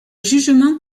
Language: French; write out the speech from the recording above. jugement